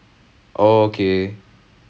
like I understand like